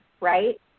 right